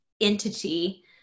entity